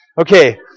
Okay